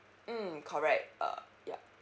mm correct uh yup